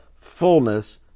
fullness